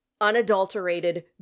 unadulterated